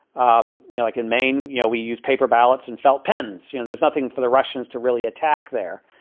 um you know, like in maine, you know, we use paper ballots and felt pens. you know, there's nothing for the russians to really attack there.